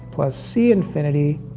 plus c infinity,